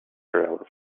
cereals